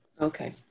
Okay